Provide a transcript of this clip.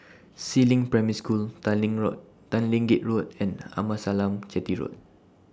Si Ling Primary School Tanglin Road Tanglin Gate Road and Amasalam Chetty Road